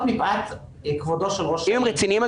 מפאת כבודו של ראש העיר --- אם הם רציניים,